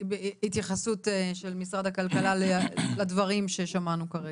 התייחסות של משרד הכלכלה לדברים ששמענו כרגע.